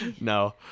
no